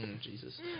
Jesus